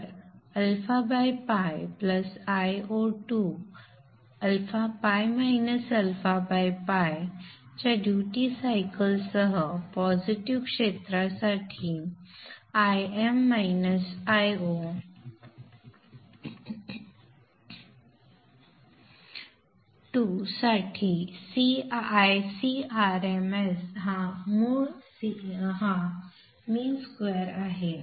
तर απ Io2 π -α π च्या duty cycle सह पॉझिटिव्ह क्षेत्रासाठी Im -Io2 साठी Icrms हा मूळ मीन स्क्वेअर आहे